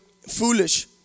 foolish